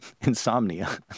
insomnia